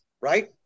right